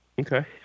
Okay